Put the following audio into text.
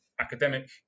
academic